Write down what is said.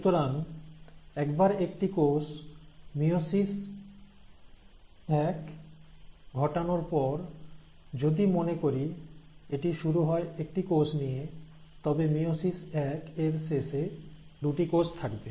সুতরাং একবার একটি কোষ মিয়োসিস এক ঘটানোর পর যদি মনে করি এটি শুরু হয় একটি কোষ নিয়ে তবে মিয়োসিস এক এর শেষে দুটি কোষ থাকবে